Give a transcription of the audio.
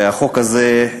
החוק הזה,